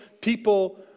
people